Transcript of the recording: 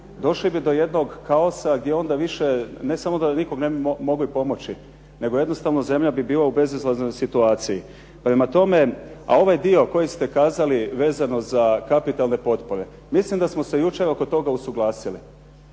došli bi do jednog kaosa gdje onda više ne samo da nikog ne bi mogli pomoći nego jednostavno zemlja bi bila u bezizlaznoj situaciji. Prema tome, ovaj dio koji ste kazali vezano za kapitalne potpore. Mislim da smo se jučer oko toga usuglasili,